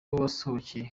wahasohokeye